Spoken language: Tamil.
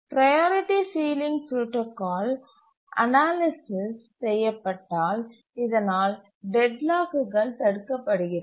ப்ரையாரிட்டி சீலிங் புரோடாகால் அனாலிசிஸ் செய்யப்பட்டால் இதனால் டெட்லாக்குகள் தடுக்கப்படுகிறது